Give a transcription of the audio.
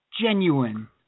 genuine